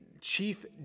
chief